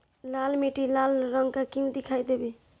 लाल मीट्टी लाल रंग का क्यो दीखाई देबे?